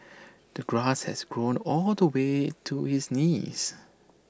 the grass has grown all the way to his knees